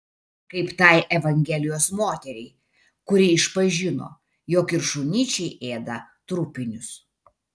kaip tai evangelijos moteriai kuri išpažino jog ir šunyčiai ėda trupinius